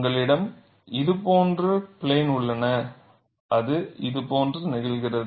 உங்களிடம் இது போன்ற பிளேன் உள்ளன இது இதுபோன்று நிகழ்கிறது